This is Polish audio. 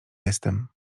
jestem